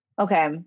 Okay